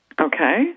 Okay